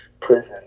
prison